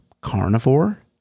carnivore